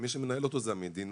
מי שמנהל אותו זה המדינה,